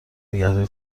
نگهداری